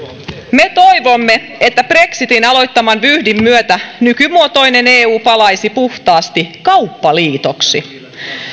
me toivomme että brexitin aloittaman vyyhdin myötä nykymuotoinen eu palaisi puhtaasti kauppaliitoksi